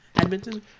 Edmonton